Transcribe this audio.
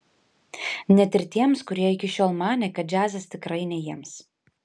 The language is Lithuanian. net ir tiems kurie iki šiol manė kad džiazas tikrai ne jiems